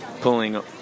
pulling